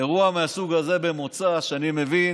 אירוע מהסוג הזה שהיה במוצ"ש, אני מבין,